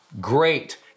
Great